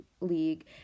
league